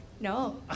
No